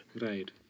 Right